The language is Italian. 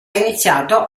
iniziato